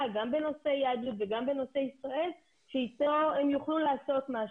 גם בנושאי יהדות וגם בנושא ישראל שאתו הם יוכלו לעשות משהו,